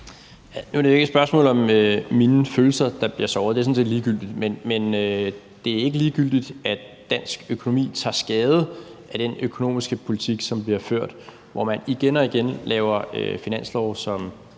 Nu er det ikke et spørgsmål om, om mine følelser bliver såret, for det er sådan set ligegyldigt, men det er ikke ligegyldigt, at dansk økonomi tager skade af den økonomiske politik, som bliver ført, hvor man igen og igen laver finanslove, som